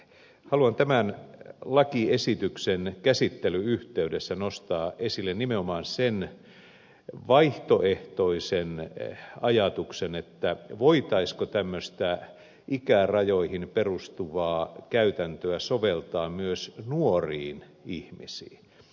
haluan tämän lakiesityksen käsittelyn yhteydessä nostaa esille nimenomaan sen vaihtoehtoisen ajatuksen voitaisiinko tämmöistä ikärajoihin perustuvaa käytäntöä soveltaa myös nuoriin ihmisiin